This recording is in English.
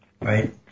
right